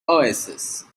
oasis